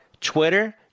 Twitter